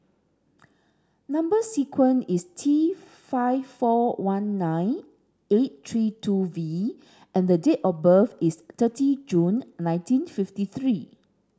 number sequence is T five four one nine eight three two V and date of birth is thirty June nineteen fifty three